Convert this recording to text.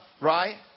right